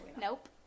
Nope